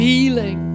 Healing